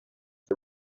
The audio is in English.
the